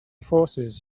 forces